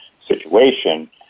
situation